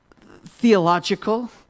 theological